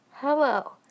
Hello